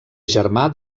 germà